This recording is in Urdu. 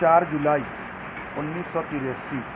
چار جولائی انیس سو تراسی